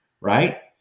right